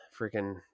freaking